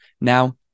Now